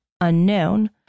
unknown